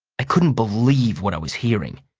i couldn't believe what i was hearing.